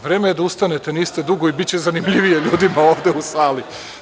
Vreme je da ustanete, niste dugo i biće zanimljivije ljudima ovde u sali.